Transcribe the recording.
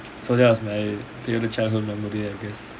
so that was my favourite childhood memory I guess